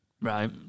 Right